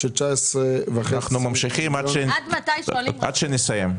עד שנסיים.